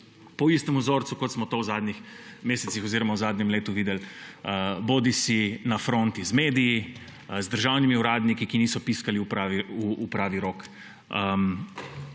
po istem vzorcu kot smo to v zadnjih mesecih oziroma v zadnjem letu videli bodisi na fronti z mediji, z državnimi uradniki, ki niso piskali v pravi rog,